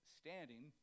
standing